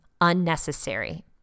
unnecessary